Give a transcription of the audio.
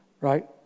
Right